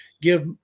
give